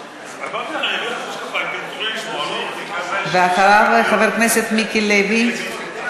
יונה, ואחריו, חבר הכנסת מיקי לוי.